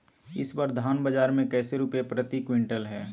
इस बार धान बाजार मे कैसे रुपए प्रति क्विंटल है?